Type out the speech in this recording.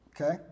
Okay